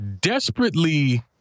desperately